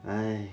!hais!